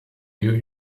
new